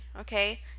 okay